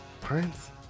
Prince